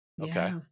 Okay